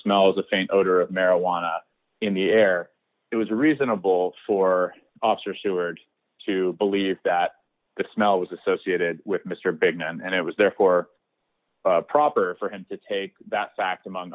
smells a faint odor of marijuana in the air it was reasonable for officer seward to believe that the smell was associated with mr big man and it was therefore proper for him to take that fact among